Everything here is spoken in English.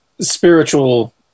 spiritual